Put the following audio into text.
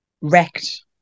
wrecked